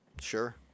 Sure